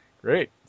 Great